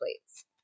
plates